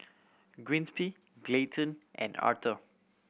Giuseppe Clayton and Arthor